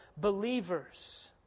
believers